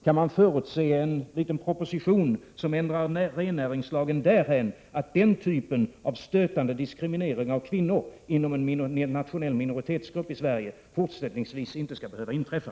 Kan man förutse en liten proposition som ändrar rennäringslagen därhän att den typen av stötande diskriminering av kvinnor inom en nationell minoritetsgrupp i Sverige fortsättningsvis inte skall behöva inträffa?